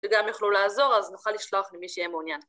‫וגם יוכלו לעזור, ‫אז נוכל לשלוח למי שיהיה מעוניין.